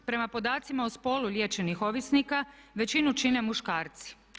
Prema podacima o spolu liječenih ovisnika većinu čine muškarci.